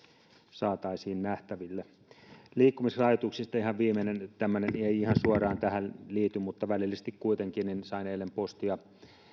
saataisiin nähtäville liikkumisrajoituksista ihan viimeinen tämmöinen joka ei ihan suoraan tähän liity mutta välillisesti kuitenkin sain eilen postia